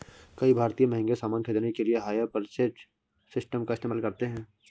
कई भारतीय महंगे सामान खरीदने के लिए हायर परचेज सिस्टम का इस्तेमाल करते हैं